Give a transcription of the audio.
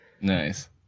Nice